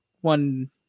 one